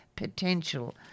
Potential